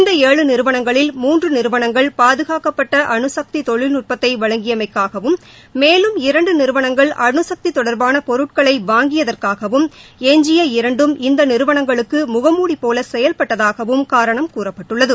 இந்த ஏழு நிறுவனங்களில் மூன்று நிறுவனங்கள் பாதுகாக்கப்பட்ட அணுசக்தி தொழில் நட்பத்தை வழங்கியமைக்காகவும் மேலும் இரண்டு நிறுவனங்கள் அனுசக்தி தொடர்பாள பொருட்களை வாங்கியதற்காகவும் எஞ்சிய இரண்டும் இந்த நிறுவனங்களுக்கு முகமூடி போல செயல்பட்டதாகவும் காரணம் கூறப்பட்டுள்ளது